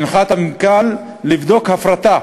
שהשר הנחה את המנכ"ל לבדוק הפרטה